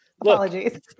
Apologies